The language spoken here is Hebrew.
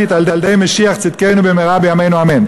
אמן.